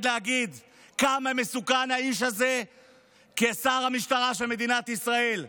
להגיד כמה מסוכן האיש הזה כשר המשטרה של מדינת ישראל.